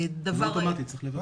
צריך לבקש.